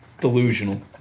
delusional